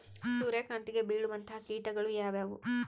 ಸೂರ್ಯಕಾಂತಿಗೆ ಬೇಳುವಂತಹ ಕೇಟಗಳು ಯಾವ್ಯಾವು?